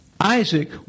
Isaac